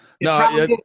No